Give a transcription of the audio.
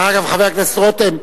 יש חברי כנסת שעברו את ההכשרה.